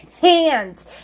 hands